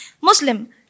Muslim